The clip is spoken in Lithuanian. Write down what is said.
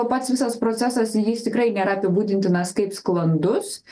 pats visas procesas jis tikrai nėra apibūdintinas kaip sklandus